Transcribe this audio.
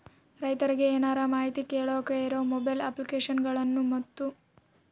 ರೈತರಿಗೆ ಏನರ ಮಾಹಿತಿ ಕೇಳೋಕೆ ಇರೋ ಮೊಬೈಲ್ ಅಪ್ಲಿಕೇಶನ್ ಗಳನ್ನು ಮತ್ತು?